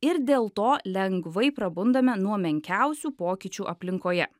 ir dėl to lengvai prabundame nuo menkiausių pokyčių aplinkoje